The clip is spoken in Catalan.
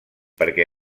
perquè